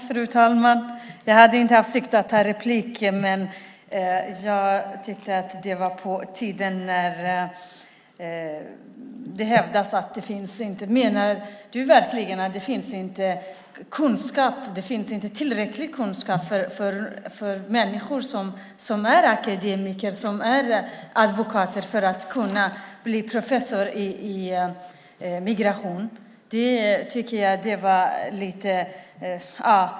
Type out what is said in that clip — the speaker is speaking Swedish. Fru talman! Jag hade inte för avsikt att replikera. Men jag tyckte att det var på tiden när det hävdas att det inte finns tillräcklig kunskap hos människor som är akademiker - advokater - för att kunna bli professor i migration.